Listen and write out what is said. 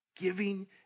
Giving